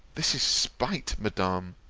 this is spite, madam,